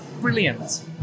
Brilliant